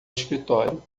escritório